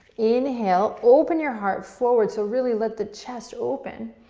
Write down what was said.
inhale, open your heart forward, so really let the chest open.